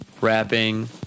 rapping